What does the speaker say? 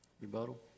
Rebuttal